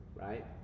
right